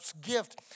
gift